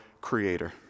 Creator